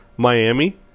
Miami